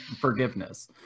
forgiveness